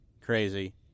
Crazy